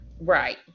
Right